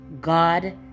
God